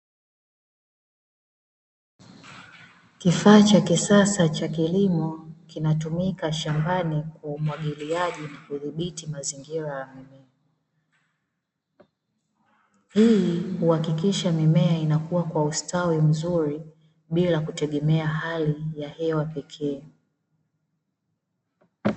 Kifaa cha kisasa cha kilimo kinatumika shambani, kwa umwagiliaji na kudhibiti mazingira ya mimea. Hii huhakikisha mimea inakua kwa ustawi mzuri, bila kutegemea hali ya hewa pekee yake.